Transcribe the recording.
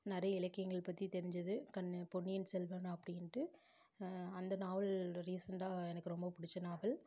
நிறைய இலக்கியங்கள் பற்றி தெரிஞ்சது கண் பொன்னியின் செல்வன் அப்படின்ட்டு அந்த நாவல் ரீசெண்டாக எனக்கு ரொம்ப பிடிச்ச நாவல்